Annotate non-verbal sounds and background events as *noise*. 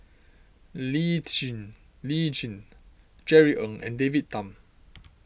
Lee *unintelligible* Lee Tjin Jerry Ng and David Tham